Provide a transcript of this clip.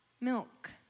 Milk